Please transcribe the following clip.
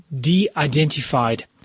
de-identified